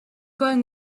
going